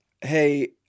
hey